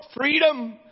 freedom